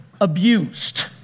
abused